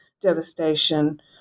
devastation